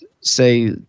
say –